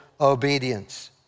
obedience